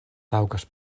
taŭgas